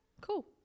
cool